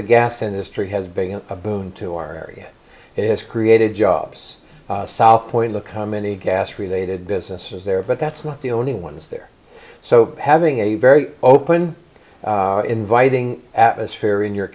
the gas industry has been a boon to our area and has created jobs southpoint look how many gas related businesses there but that's not the only ones there so having a very open inviting atmosphere in your